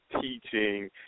teaching